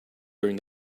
during